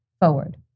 forward